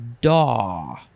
daw